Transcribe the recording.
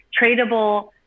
tradable